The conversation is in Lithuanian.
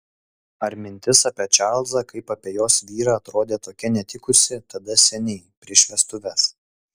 ar mintis apie čarlzą kaip apie jos vyrą atrodė tokia netikusi tada seniai prieš vestuves